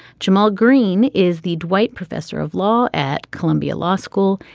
jamaal green is the dwight professor of law at columbia law school.